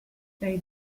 they